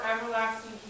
everlasting